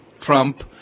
Trump